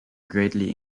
greatly